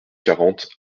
quarante